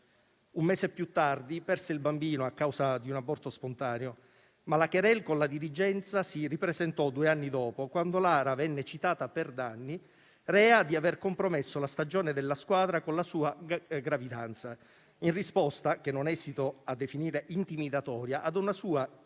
Un mese più tardi perse il bambino, a causa di un aborto spontaneo, ma la *querelle* con la dirigenza si ripresentò due anni dopo, quando Lara venne citata per danni, rea di aver compromesso la stagione della squadra con la sua gravidanza; ciò in risposta - che non esito a definire intimidatoria - a una sua ingiunzione